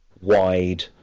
wide